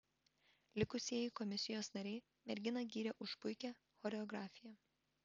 likusieji komisijos nariai merginą gyrė už puikią choreografiją